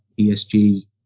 ESG